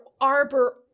arbor